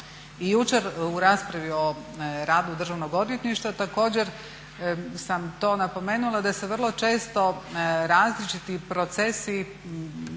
jučer u raspravi o radu Državnog odvjetništva također sam to napomenula da se vrlo često različiti procesi,